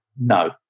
No